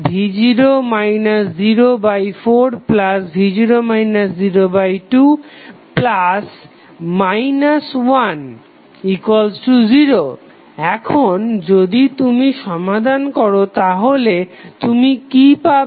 2ixv0 04v0 02 10 এখন যদি তুমি সমাধান করো তাহলে তুমি কি পাবে